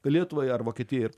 lietuvai ar vokietijai ir